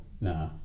Nah